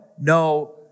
no